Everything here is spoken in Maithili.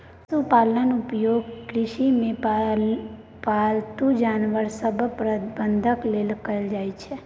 पशुपालनक उपयोग कृषिमे पालतू जानवर सभक प्रबंधन लेल कएल जाइत छै